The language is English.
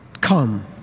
Come